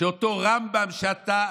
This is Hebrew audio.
שאותו רמב"ם שאתה,